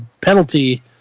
penalty